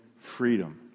freedom